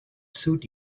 suit